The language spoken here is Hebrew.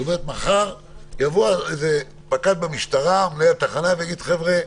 זאת אומרת שמחר יבוא איזה פקד במשטרה או מנהל תחנה ויגיד: חבר'ה,